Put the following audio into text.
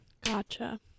Gotcha